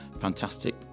fantastic